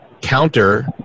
counter